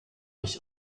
ich